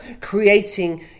creating